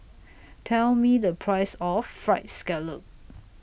Tell Me The Price of Fried Scallop